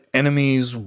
enemies